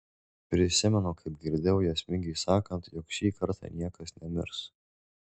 prisimenu kaip girdėjau ją smigiui sakant jog šį kartą niekas nemirs